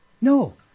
No